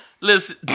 Listen